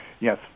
Yes